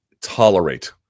tolerate